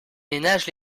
ménages